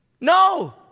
No